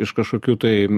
iš kašokių tai